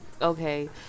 Okay